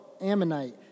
Ammonite